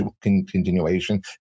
continuation